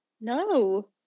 no